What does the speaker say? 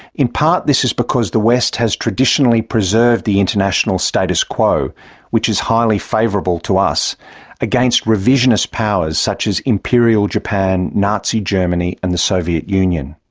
in part, this is because the west has traditionally preserved the international status quo which is highly favourable to us against revisionist powers such as imperial japan, nazi germany and the soviet union.